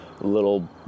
little